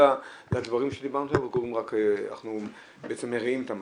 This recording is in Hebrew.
לדברים שדיברנו עכשיו או שאנחנו בעצם מרעים את המצב?